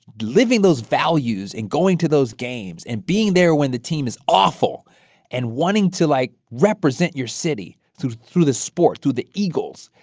living those values and going to those games and being there when the team is awful and wanting to, like, represent your city through the sport, through the eagles,